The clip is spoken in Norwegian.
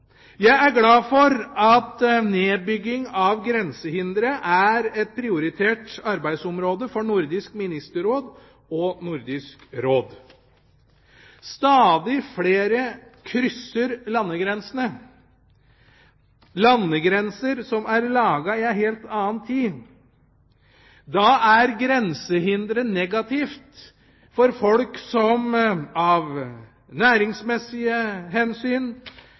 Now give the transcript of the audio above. Jeg er glad for at nedbygging av grensehindere er et prioritert arbeidsområde for Nordisk Ministerråd og Nordisk Råd. Stadig flere krysser landegrensene, landegrenser som er laget i en helt annen tid. Da er grensehindere negativt for folk som av næringsmessige hensyn,